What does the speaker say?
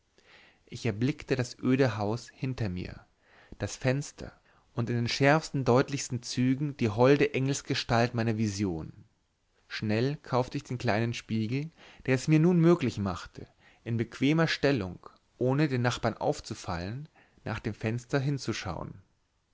ich erblickte das öde haus hinter mir das fenster und in den schärfsten deutlichsten zügen die holde engelsgestalt meiner vision schnell kaufte ich den kleinen spiegel der mir es nun möglich machte in bequemer stellung ohne den nachbarn aufzufallen nach dem fenster hinzuschauen